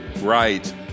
Right